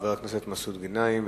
חבר הכנסת מסעוד גנאים,